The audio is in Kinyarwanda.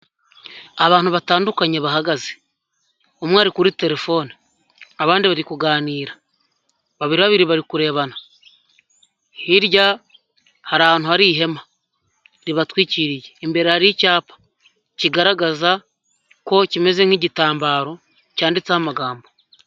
Abantu batandukanye bahagaze. Umwe ari kuri telefone, abandi bari kuganira, babiri babiri bari kurebana, hirya hari ahantu, hari ihema ribatwikiriye. Imbere hari icyapa kigaragaza ko kimeze nk'igitambaro cyanditseho amagambo.